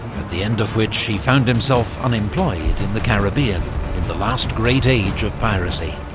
at the end of which he found himself unemployed in the caribbean in the last great age of piracy.